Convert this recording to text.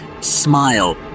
smile